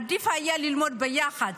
עדיף היה ללמוד ביחד,